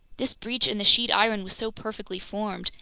this breach in the sheet iron was so perfectly formed,